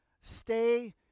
stay